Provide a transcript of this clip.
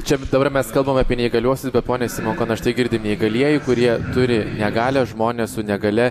čia dabar mes kalbam apie neįgaliuosius bet pone simonko na štai girdim neįgalieji kurie turi negalią žmonės su negalia